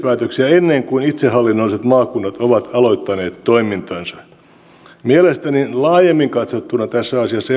ennen kuin itsehallinnolliset maakunnat ovat aloittaneet toimintansa mielestäni laajemmin katsottuna tässä asiassa